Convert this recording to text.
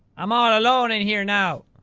i'm all alone in here now.